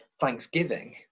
thanksgiving